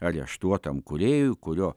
areštuotam kūrėjui kurio